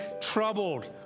troubled